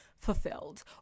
fulfilled